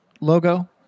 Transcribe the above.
logo